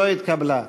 לא התקבלה.